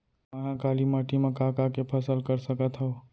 मै ह काली माटी मा का का के फसल कर सकत हव?